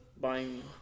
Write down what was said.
buying